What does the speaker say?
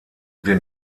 den